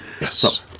Yes